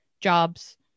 jobs